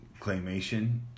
claymation